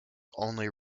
only